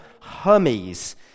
Hermes